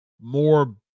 more